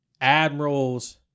admirals